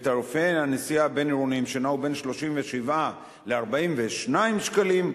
ותעריפי הנסיעה הבין-עירוניים שנעו בין 37 ל-42 שקלים,